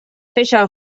فشار